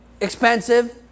expensive